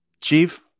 Chief